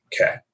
okay